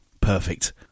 Perfect